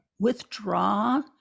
withdraw